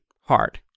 Hard